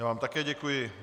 Já vám také děkuji.